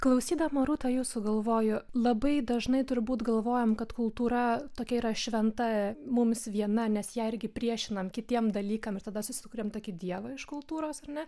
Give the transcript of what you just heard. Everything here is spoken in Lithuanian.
klausydama rūta jūsų galvoju labai dažnai turbūt galvojam kad kultūra tokia yra šventa mums viena nes ją irgi priešinam kitiem dalykam ir tada susikuriam tokį dievą iš kultūros ar ne